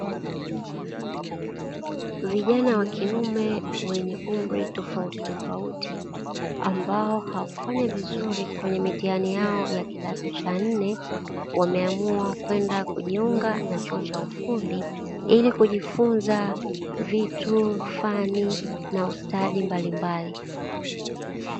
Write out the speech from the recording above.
Vijana wa kiume wenye umri tofati tofauti ambao hawakufanya vizuri kwenye mitihani yao ya kidato cha nne, wameamua kwenda kujiunga na chuo cha ufundi ili kujifunza vitu, fani na ustadi mbalimbali.